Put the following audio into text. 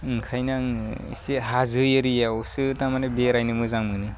ओंखायनो आङो एसे हाजो एरियाव सो था माने बेरायनो मोजां मोनो